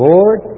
Lord